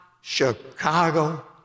Chicago